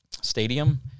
stadium